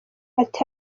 ati